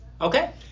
Okay